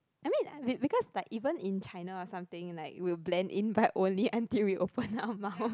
I mean be~ because like even in China or something like we'll blend in but only until we open our mouth